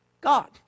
God